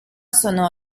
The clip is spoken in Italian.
sono